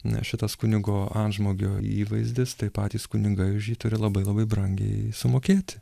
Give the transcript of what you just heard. nes šitas kunigo antžmogio įvaizdis tai patys kunigai už jį turi labai labai brangiai sumokėti